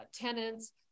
tenants